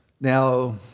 Now